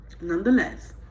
nonetheless